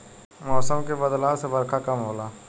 मौसम के बदलाव से बरखा कम होला